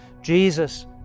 Jesus